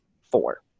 four